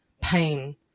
pain